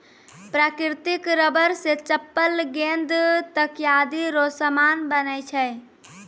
प्राकृतिक रबर से चप्पल गेंद तकयादी रो समान बनै छै